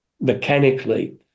mechanically